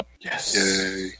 Yes